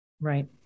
Right